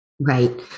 Right